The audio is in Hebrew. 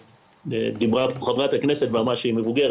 דברה חברת הכנסת וטענה שהיא מבוגרת,